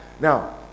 Now